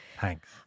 Thanks